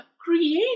create